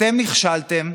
אתם נכשלתם,